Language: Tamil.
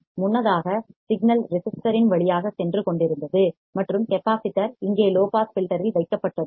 முன்னதாக சிக்னல் ரெசிஸ்டர் இன் வழியாக சென்று கொண்டிருந்தது மற்றும் கெப்பாசிட்டர் இங்கே லோ பாஸ் ஃபில்டர் இல் வைக்கப்பட்டது